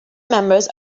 members